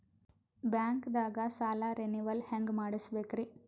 ಬ್ಯಾಂಕ್ದಾಗ ಸಾಲ ರೇನೆವಲ್ ಹೆಂಗ್ ಮಾಡ್ಸಬೇಕರಿ?